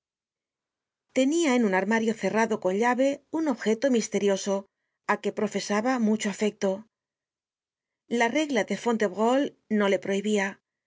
tenia en un armario cerrado con llave un objeto misterioso á que profesaba mucho afecto la reglado fontevrault no le prohibia